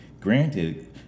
Granted